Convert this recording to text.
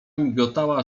migotała